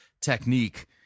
technique